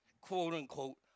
quote-unquote